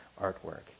artwork